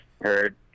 heard